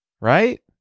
Right